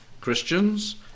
Christians